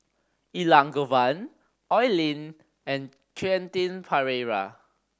Elangovan Oi Lin and Quentin Pereira